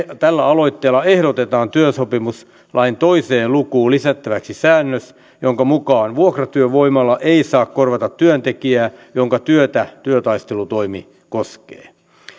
tällä aloitteella ehdotetaan työsopimuslain kahteen lukuun lisättäväksi säännös jonka mukaan vuokratyövoimalla ei saa korvata työntekijää jonka työtä työtaistelutoimi koskee